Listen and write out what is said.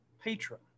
patron